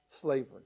slavery